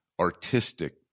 artistic